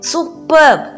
Superb